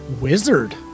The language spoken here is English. wizard